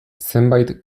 zenbait